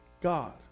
God